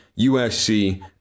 usc